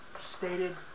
stated